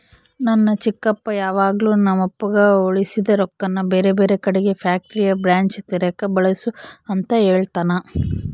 ನನ್ನ ಚಿಕ್ಕಪ್ಪ ಯಾವಾಗಲು ನಮ್ಮಪ್ಪಗ ಉಳಿಸಿದ ರೊಕ್ಕನ ಬೇರೆಬೇರೆ ಕಡಿಗೆ ಫ್ಯಾಕ್ಟರಿಯ ಬ್ರಾಂಚ್ ತೆರೆಕ ಬಳಸು ಅಂತ ಹೇಳ್ತಾನಾ